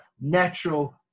natural